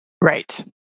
Right